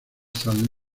salt